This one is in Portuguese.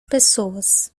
pessoas